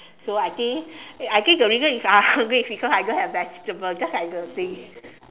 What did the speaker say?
so I think I think the reason is I hungry it's because I don't have vegetable just like the thing